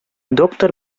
доктор